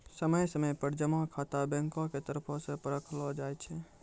समय समय पर जमा खाता बैंको के तरफो से परखलो जाय छै